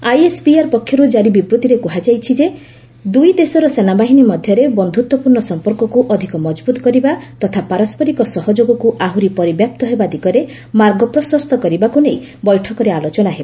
ISPR ପକ୍ଷରୁ ଜାରି ବିବୃତ୍ତିରେ ଆହୁରି କୁହାଯାଇଛି ଦୁଇ ଦେଶର ସେନାବାହିନୀ ମଧ୍ୟରେ ବନ୍ଧୁତ୍ୱପୂର୍ଣ୍ଣ ସମ୍ପର୍କକୁ ଅଧିକ ମଜବୁତ୍ କରିବା ତଥା ପାରସ୍କରିକ ସହଯୋଗକୁ ଆହୁରି ପରିବ୍ୟାପ୍ତ ହେବା ଦିଗରେ ମାର୍ଗ ପ୍ରଶସ୍ତ କରିବାକୁ ନେଇ ବୈଠକରେ ଆଲୋଚନା ହେବ